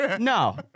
No